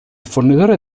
fornitore